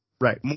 Right